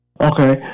Okay